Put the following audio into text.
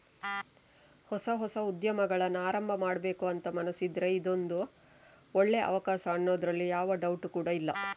ಹೊಸ ಹೊಸ ಉದ್ಯಮಗಳನ್ನ ಆರಂಭ ಮಾಡ್ಬೇಕು ಅಂತ ಮನಸಿದ್ರೆ ಇದೊಂದು ಒಳ್ಳೇ ಅವಕಾಶ ಅನ್ನೋದ್ರಲ್ಲಿ ಯಾವ ಡೌಟ್ ಕೂಡಾ ಇಲ್ಲ